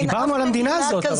דיברנו על המדינה הזאת.